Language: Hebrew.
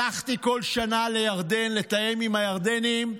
שלחתי כל שנה לירדן לתאם עם הירדנים,